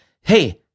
Hey